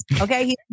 okay